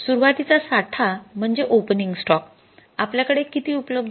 सुरुवातीचा साठा म्हणजे ओपनिंग स्टॉक आपल्याकडे किती उपलब्ध आहे